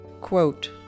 Quote